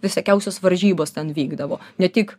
visokiausios varžybos ten vykdavo ne tik